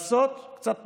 בלעשות, קצת פחות.